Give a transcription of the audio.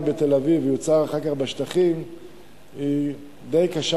בתל-אביב ויוצר אחר כך בשטחים או להיפך היא די קשה,